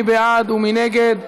מי בעד ומי נגד?